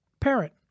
parent